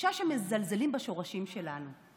לתחושה שמזלזלים בשורשים שלנו,